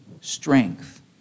strength